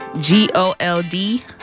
G-O-L-D